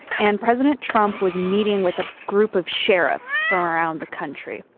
and president trump was meeting with a group of sheriffs from around the country.